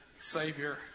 Savior